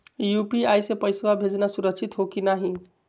UPI स पैसवा भेजना सुरक्षित हो की नाहीं?